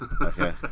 Okay